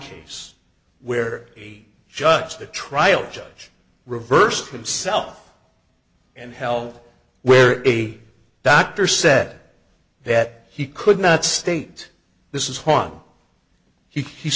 case where a judge the trial judge reversed himself and hell where is a doctor said that he could not state this is one he